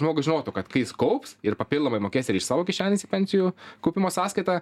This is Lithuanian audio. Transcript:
žmogus žinotų kad kai jis kaups ir papildomai mokės ir iš savo kišenės į pensijų kaupimo sąskaitą